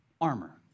armor